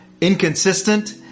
inconsistent